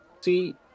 see